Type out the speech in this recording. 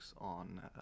on